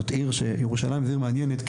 ירושלים זו עיר מעניינת,